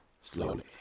slowly